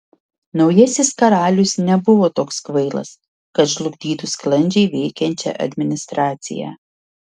naujasis karalius nebuvo toks kvailas kad žlugdytų sklandžiai veikiančią administraciją